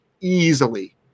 easily